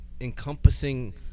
encompassing